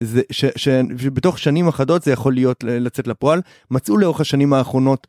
זה שבתוך שנים אחדות זה יכול להיות, לצאת לפועל, מצאו לאורך השנים האחרונות.